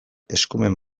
eskumen